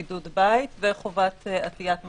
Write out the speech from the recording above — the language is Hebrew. אנחנו מדברים על הוראות לחובת בידוד בית וחובת עטיית מסכה.